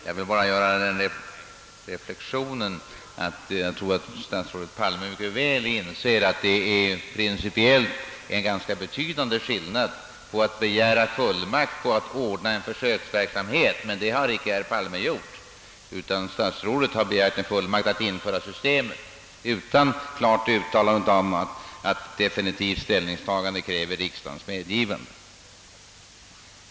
Jag tror att statsrådet väl inser, att det principiellt är en ganska betydande skillnad mellan att begära fullmakt att ordna en försöksverksamhet, vilket herr Palme inte gjort, och att, såsom statsrådet gjort, begära en fullmakt att införa ett system utan ett klart uttalande om att ett definitivt ställningstagande kräver riksdagens medgivande.